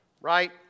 Right